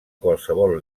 qualsevol